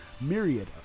myriad